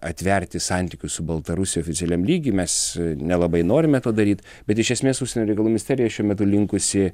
atverti santykius su baltarusija oficialiam lygy mes nelabai norime to daryt bet iš esmės užsienio reikalų ministerija šiuo metu linkusi